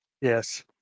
Yes